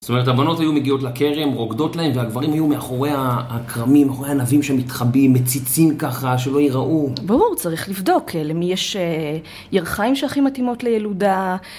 זאת אומרת, הבנות היו מגיעות לכרם, רוקדות להן, והגברים היו מאחורי הכרמים, מאחורי הענבים שמתחבאים, מציצים ככה, שלא יראו. ברור, צריך לבדוק למי יש ירכיים שהכי מתאימות לילודה.